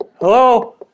Hello